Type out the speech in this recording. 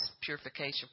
purification